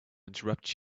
interrupt